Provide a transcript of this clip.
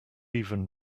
even